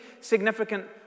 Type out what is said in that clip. significant